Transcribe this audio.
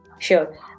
Sure